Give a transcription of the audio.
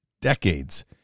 decades